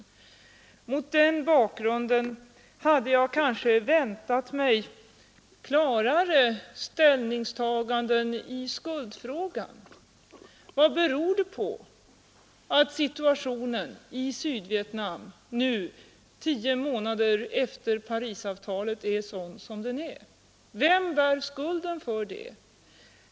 Mot den bakgrunden hade jag väntat mig klarare ställningstaganden i skuldfrågan. Vad beror det på att situationen i Sydvietnam nu, tio månader efter Parisavtalet, är sådan den är? Vem bär skulden för det?